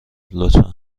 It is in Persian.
لطفا